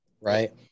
right